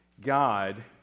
God